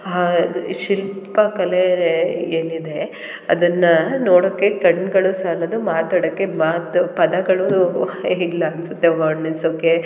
ಆ ಶಿಲ್ಪಕಲೆ ಏನಿದೆ ಅದನ್ನು ನೋಡೋಕ್ಕೆ ಕಣ್ಣುಗಳು ಸಾಲದು ಮಾತಾಡಕ್ಕೆ ಮಾತು ಪದಗಳೂ ಇಲ್ಲ ಅನಿಸುತ್ತೆ ವರ್ಣಿಸೋಕ್ಕೆ